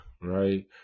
right